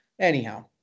Anyhow